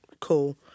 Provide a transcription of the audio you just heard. Cool